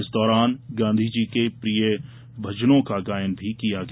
इस दौरान गांधीजी के प्रिय भजनों का गायन भी किया गया